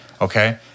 Okay